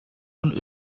von